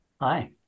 Hi